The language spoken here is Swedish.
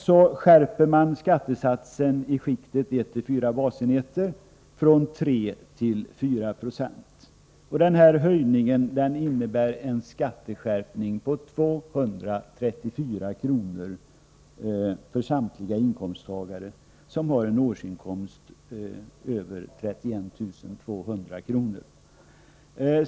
Sedan skärper man skattesatsen i skiktet 1 till 4 basenheter från 3 till 4 26. Den här höjningen innebär en skatteskärpning med 234 kr. för samtliga inkomsttagare som har en årsinkomst över 31 200 kr.